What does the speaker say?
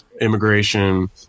immigration